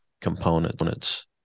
components